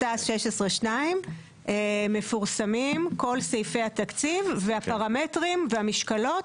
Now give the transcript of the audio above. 16.2 מפורסמים כל סעיפי התקציב והפרמטרים והמשקלות